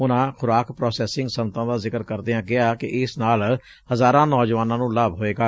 ਉਨੂਾ ਖੁਰਾਕ ਪ੍ਰਾਸੈਸਿੰਗ ਸੱਨਅਤਾਂ ਦਾ ਜ਼ਿਕਰ ਕਰਦਿਆਂ ਕਿਹਾ ਕਿ ਏਸ ਨਾਲ ਹਜ਼ਾਰਾਂ ਨੌਜਵਾਨਾਂ ਨੂੰ ਲਾਭ ਹੋਇਐ